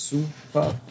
Super